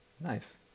nice